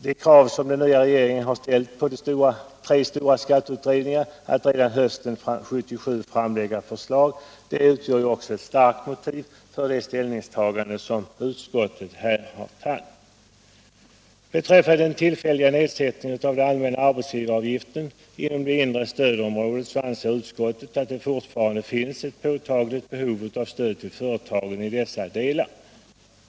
Det krav som den nya regeringen har ställt på de tre stora skatteutredningarna — att redan under hösten 1977 framlägga förslag — utgör ju också ett starkt motiv för utskottets ställningstagande. Beträffande den tillfälliga nedsättningen av den allmänna arbetsgivaravgiften inom det inre stödområdet anser utskottet att det fortfarande finns ett påtagligt behov av stöd till företagen i dessa delar av landet.